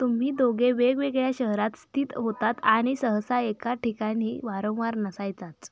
तुम्ही दोघे वेगवेगळ्या शहरात स्थित होतात आणि सहसा एका ठिकाणी वारंवार नसायचाच